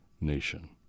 nation